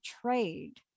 trade